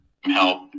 help